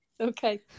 okay